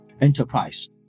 enterprise